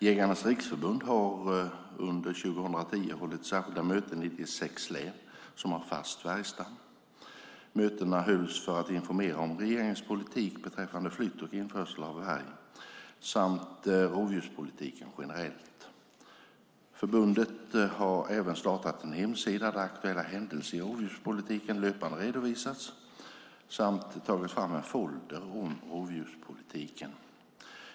Jägarnas Riksförbund har under 2010 hållit särskilda möten i de sex län som har fast vargstam. Mötena hölls för att informera om regeringens politik beträffande flytt och införsel av varg samt rovdjurspolitiken generellt. Förbundet har även startat en hemsida där aktuella händelser i rovdjurspolitiken löpande redovisas samt tagit fram en folder om rovdjurspolitiken.